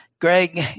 Greg